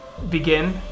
begin